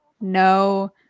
no